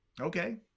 Okay